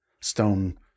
stone